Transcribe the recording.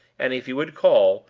and if he would call,